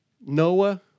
Noah